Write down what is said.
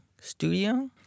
studio